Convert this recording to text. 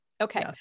Okay